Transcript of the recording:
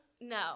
No